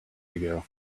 ago